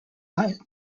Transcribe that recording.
latin